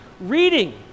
reading